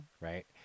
right